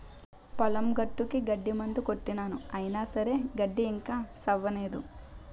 పొలం గట్టుకి గడ్డి మందు కొట్టినాను అయిన సరే గడ్డి ఇంకా సవ్వనేదు